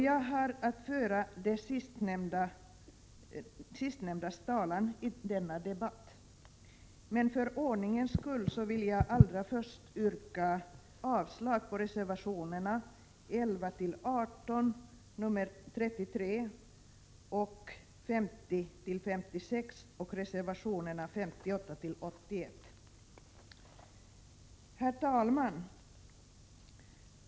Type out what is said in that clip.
Jag har att föra de sistnämndas talan i denna debatt, men för ordningens skull vill jag allra först yrka avslag på reservationerna 11-18, 33, 50-56 och 58-81. Herr talman!